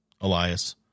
Elias